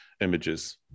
images